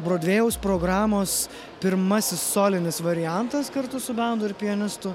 brodvėjaus programos pirmasis solinis variantas kartu su bendu ir pianistu